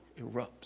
erupts